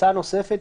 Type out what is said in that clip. הצעה נוספת,